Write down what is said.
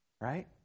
Right